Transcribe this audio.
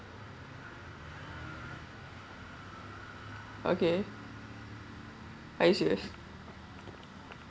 okay are you serious